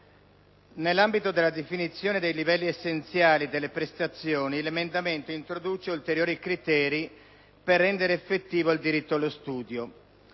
Nell’ambito della definizione dei livelli essenziali delle prestazioni l’emendamento introduce ulteriori criteri per rendere effettivo tale diritto. Essi sono: